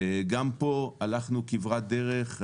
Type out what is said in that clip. גם פה הלכנו כברת דרך,